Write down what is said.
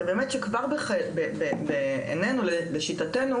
זה באמת שכבר בעינינו לשיטתנו,